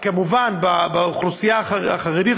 כמובן באוכלוסייה החרדית,